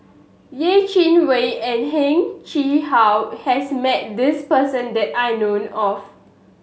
Yeh Chi Wei and Heng Chee How has met this person that I known of